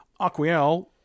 Aquiel